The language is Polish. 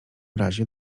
razie